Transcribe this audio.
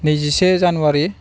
नैजिसे जानुवारि